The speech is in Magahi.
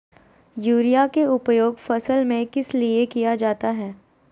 युरिया के उपयोग फसल में किस लिए किया जाता है?